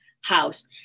house